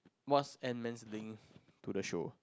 what's ant man's link to the show